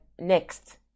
next